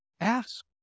Ask